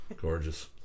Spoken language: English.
Gorgeous